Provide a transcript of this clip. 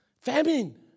Famine